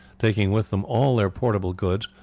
taking with them all their portable goods,